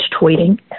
tweeting